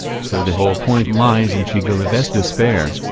so the whole point lies in shigalov s despair,